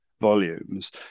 volumes